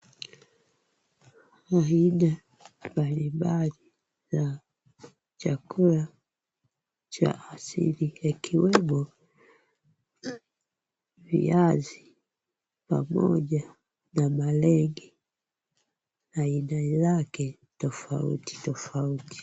Mhinga mbali mbali ya chakula cha asili yakiwemo viazi pamoja na malenge na aina lake tofauti tofauti.